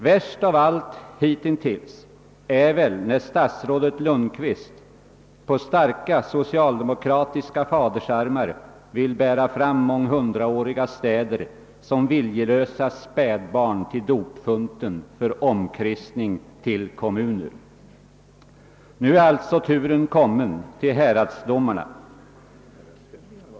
Värst av allt hitintills är väl när statsrådet Lundkvist på starka socialdemokratiska fadersarmar vill bära fram månghundraåriga städer som viljelösa spädbarn till dopfunten för omkristning till kommuner. Nu är alltså turen kommen till häradsdomarna.